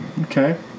okay